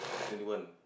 twenty one